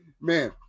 man